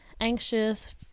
anxious